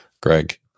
Greg